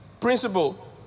principle